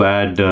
add